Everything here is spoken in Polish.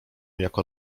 jako